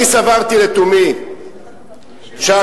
אני סברתי לתומי שהכנסת,